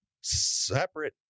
separate